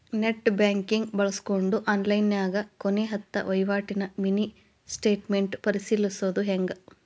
net banking ಬಳ್ಸ್ಕೊಂಡ್ ಆನ್ಲೈನ್ಯಾಗ ಕೊನೆ ಹತ್ತ ವಹಿವಾಟಿನ ಮಿನಿ ಸ್ಟೇಟ್ಮೆಂಟ್ ಪರಿಶೇಲಿಸೊದ್ ಹೆಂಗ